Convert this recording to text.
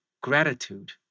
gratitude